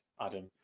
Adam